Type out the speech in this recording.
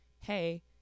hey